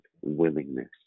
willingness